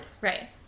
Right